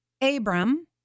Abram